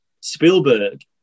Spielberg